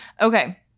okay